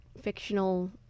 fictional